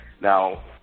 now